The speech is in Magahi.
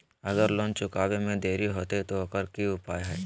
अगर लोन चुकावे में देरी होते तो ओकर की उपाय है?